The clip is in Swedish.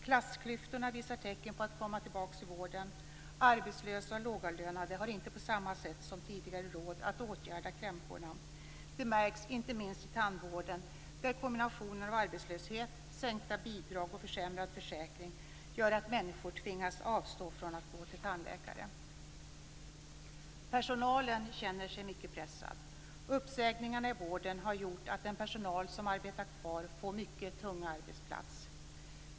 Klassklyftorna visar tecken på att komma tillbaka i vården. Arbetslösa och lågavlönade har inte på samma sätt som tidigare råd att åtgärda krämpor. Det märks inte minst i tandvården. Kombinationen av arbetslöshet, sänkta bidrag och försämrad försäkring gör att människor tvingas avstå från att gå till tandläkare. Personalen känner sig mycket pressad. Uppsägningarna i vården har gjort att den personal som arbetar kvar får mycket tunga arbetspass.